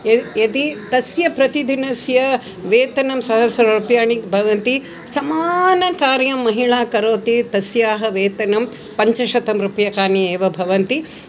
यदि तस्य प्रतिदिनस्य वेतनं सहस्ररूप्यकाणि भवति समानकार्यं महिला करोति तस्याः वेतनं पञ्चशतंरूप्यकाणि एव भवति